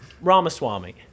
Ramaswamy